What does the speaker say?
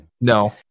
No